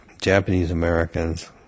Japanese-Americans